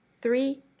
Three